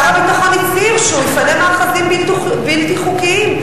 שר הביטחון הצהיר שהוא מפנה מאחזים בלתי חוקיים,